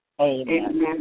Amen